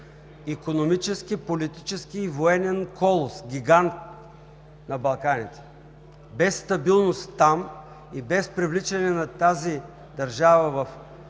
икономически, политически и военен колос, гигант на Балканите. Без стабилност там и без привличане на тази държава в процеса,